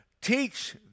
Teach